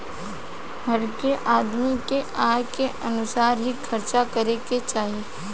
हरेक आदमी के आय के अनुसार ही खर्चा करे के चाही